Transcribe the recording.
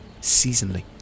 seasonally